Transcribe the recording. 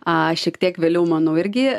a šiek tiek vėliau manau irgi